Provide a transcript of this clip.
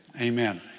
Amen